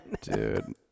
Dude